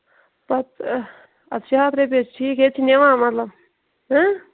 پَتہٕ اَدٕ شیٚے ہتھ رۄپیہِ حظ چھُ ٹھیٖک ییٚتہِ چھِ نِوان مطلب